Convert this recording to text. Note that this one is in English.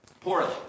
poorly